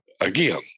again